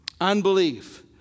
unbelief